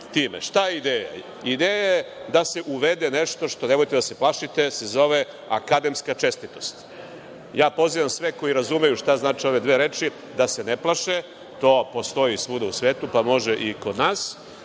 je ideja? Ideja je da se uvede nešto što, nemojte da se plašite, se zove – akademska čestitost. Pozivam sve koji razumeju šta znače ove dve reči da se ne plaše. To postoji svuda u svetu, pa može i kod